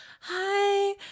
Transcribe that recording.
hi